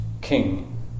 king